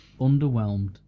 underwhelmed